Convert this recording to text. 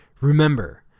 Remember